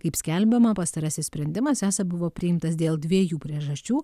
kaip skelbiama pastarasis sprendimas esą buvo priimtas dėl dviejų priežasčių